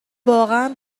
واقعا